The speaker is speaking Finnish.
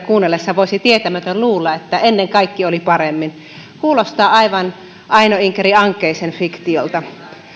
kuunnellessa voisi tietämätön luulla että ennen kaikki oli paremmin kuulostaa aivan aina inkeri ankeisen fiktiolta